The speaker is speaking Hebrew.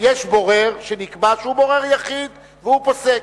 יש בורר, שנקבע שהוא בורר יחיד, והוא פוסק.